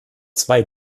zwei